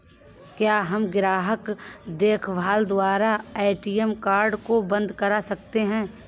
क्या हम ग्राहक देखभाल द्वारा ए.टी.एम कार्ड को बंद करा सकते हैं?